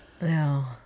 no